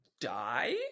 die